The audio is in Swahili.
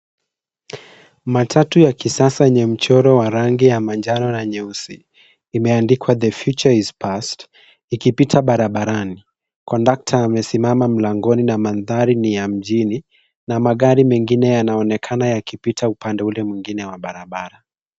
Matatu ya kisasa yenye mchoro wa rangi ya manjano na nyeusi imeandikwa the future is passed ikipita barabarani. Kondakta amesimama mlangoni na mandhari ni ya mjini na magari mengine yanaonekana yakipita upande ule mwingine wa barabara.